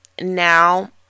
now